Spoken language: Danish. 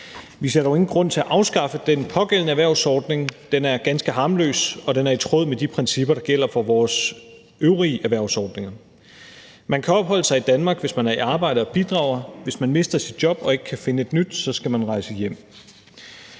Vi ser dog ingen grund til at afskaffe den pågældende erhvervsordning. Den er ganske harmløs, og den er i tråd med de principper, der gælder for vores øvrige erhvervsordninger. Man kan opholde sig i Danmark, hvis man er i arbejde og bidrager. Hvis man mister sit job og ikke kan finde et nyt, skal man rejse hjem.